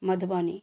Madhubani